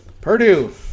Purdue